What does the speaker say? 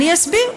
אני אסביר.